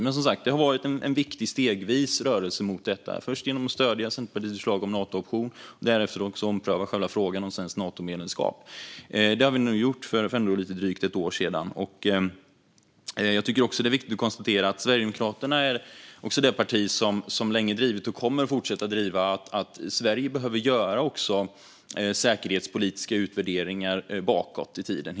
Men det har som sagt varit en viktig stegvis rörelse mot detta: först som sagt genom att stödja Centerpartiets förslag om Natooption och därefter också ompröva själva frågan om svenskt Natomedlemskap. Detta gjorde vi för lite drygt ett år sedan. Det är också viktigt att konstatera att Sverigedemokraterna är det parti som länge har drivit, och kommer att fortsätta driva, att Sverige behöver göra säkerhetspolitiska utvärderingar bakåt i tiden.